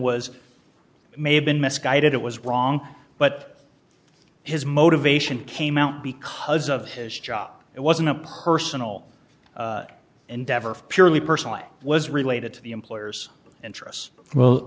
was may have been misguided it was wrong but his motivation came out because of his job it wasn't personal endeavor purely personal it was related to the employer's interests well